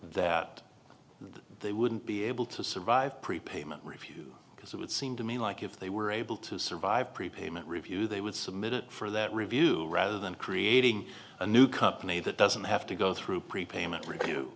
that they wouldn't be able to survive prepayment refuse because it would seem to me like if they were able to survive prepayment review they would submit it for that review rather than creating a new company that doesn't have to go through prepayment review